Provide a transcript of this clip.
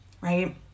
right